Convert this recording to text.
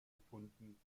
gefunden